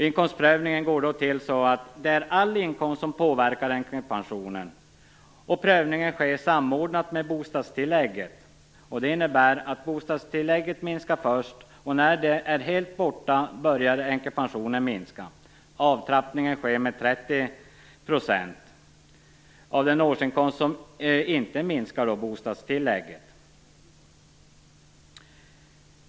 Inkomstprövningen går till så att alla inkomster utöver folkpension räknas med i den inkomst som påverkar änkepensionen. Prövningen sker samordnat med bostadstillägget. Det innebär att bostadstillägget minskar först. När det är helt borta börjar änkepensionen minska. Avtrappningen sker med 30 % av den årsinkomst som inte minskar bostadstillägget.